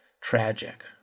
tragic